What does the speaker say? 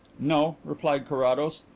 no, replied carrados.